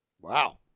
Wow